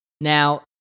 Now